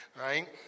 Right